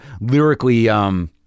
lyrically